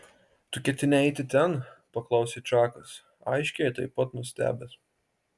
tu ketini eiti ten paklausė čakas aiškiai taip pat nustebęs